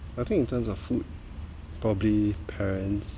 I think in terms of food probably parents